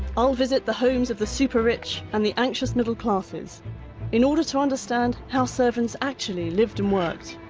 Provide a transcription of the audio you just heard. i'll visit the homes of the super-rich and the anxious middle classes in order to understand how servants actually lived and worked.